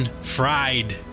fried